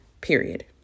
Period